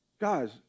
Guys